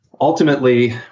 Ultimately